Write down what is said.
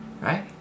right